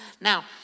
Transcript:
Now